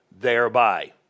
thereby